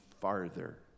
farther